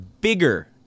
Bigger